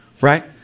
Right